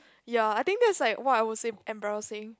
ya I think that's like what I would say embarrassing